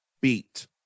Beat